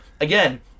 again